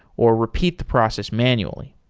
or repeat the process manually.